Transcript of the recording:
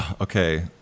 Okay